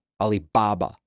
Alibaba